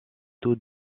tout